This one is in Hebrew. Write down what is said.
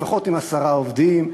לפחות עם עשרה עובדים,